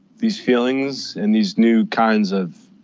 these feelings and these new kinds of,